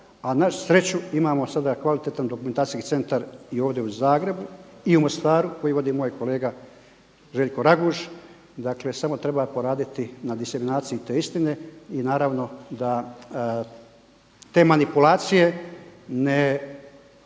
a na sreću imamo sada kvalitetan Dokumentacijski centar i ovdje u Zagrebu i Mostaru koji vodi moj kolega Željko Raguž. Dakle, samo treba poraditi na … te istine i naravno da te manipulacije ne